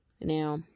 Now